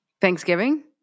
Thanksgiving